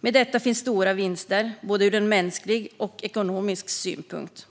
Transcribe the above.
Med detta finns stora vinster, både ur mänsklig och ur ekonomisk synpunkt.